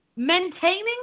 Maintaining